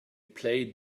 play